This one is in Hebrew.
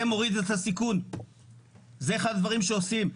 זה מוריד את הסיכון, זה אחד הדברים שעושים.